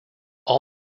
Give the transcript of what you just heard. all